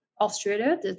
Australia